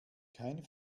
kein